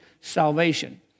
salvation